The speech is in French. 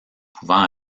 pouvant